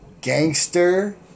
Gangster